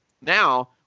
Now